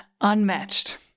unmatched